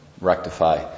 rectify